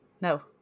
no